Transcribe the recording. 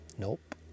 Nope